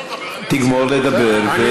תגמור לדבר, אני אציע.